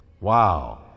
Wow